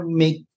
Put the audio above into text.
make